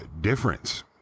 difference